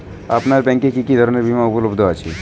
আপনার ব্যাঙ্ক এ কি কি ধরনের বিমা উপলব্ধ আছে?